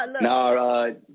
No